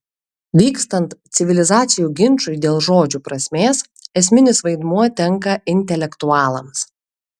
vykstant civilizacijų ginčui dėl žodžių prasmės esminis vaidmuo tenka intelektualams